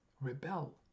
Rebel